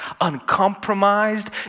uncompromised